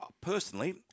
Personally